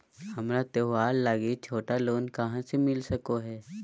हमरा त्योहार लागि छोटा लोन कहाँ से मिल सको हइ?